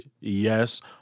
yes